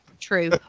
True